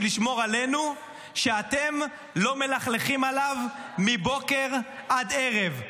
לשמור עלינו שאתם לא מלכלכים עליו מבוקר עד ערב.